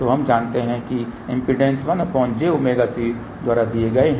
तो हम जानते हैं कि इम्पीडेन्स 1jωC द्वारा दिए गए हैं